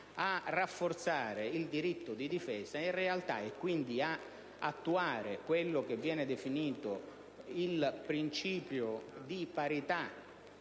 rafforzare il diritto di difesa e quindi attuare quello che viene definito il principio di parità